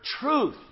Truth